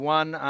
one